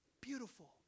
beautiful